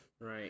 right